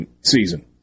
season